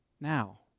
now